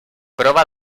prova